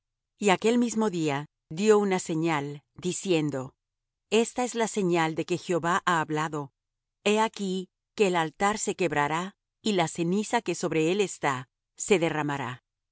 y aquel mismo día dió una señal diciendo esta es la señal de que jehová ha hablado he aquí que el altar se quebrará y la ceniza que sobre él está se derramará